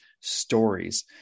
stories